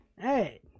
Hey